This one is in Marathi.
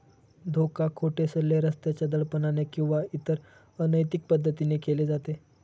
धोका, खोटे सल्ले, सत्याच्या दडपणाने किंवा इतर अनैतिक पद्धतीने केले जाते